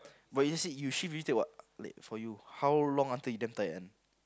but you see you shift you take what like for you how long until you damn tired one